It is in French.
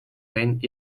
rennes